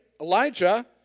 Elijah